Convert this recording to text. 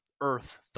earth